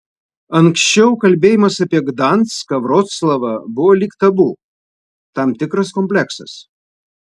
anksčiau kalbėjimas apie gdanską vroclavą buvo lyg tabu tam tikras kompleksas